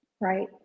Right